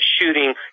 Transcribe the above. shooting